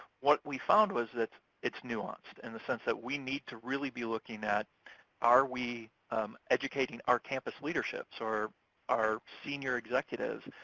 what we found was that it's nuanced, in the sense that we need to really be looking at are we educating our campus leaderships, our our senior executives,